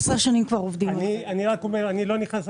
אני לא נכנס,